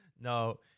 No